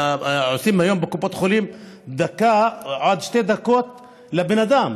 נותנים היום בקופות חולים דקה עד שתי דקות לבן אדם.